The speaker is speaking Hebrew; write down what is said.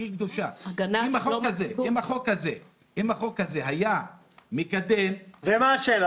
הכי קדושה אם החוק הזה היה מקדם --- ומה השאלה?